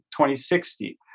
2060